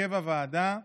הרכב הוועדה,